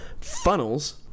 Funnels